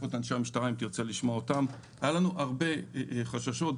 היו לנו הרבה חששות.